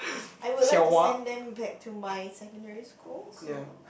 I would like to send them back to my secondary school so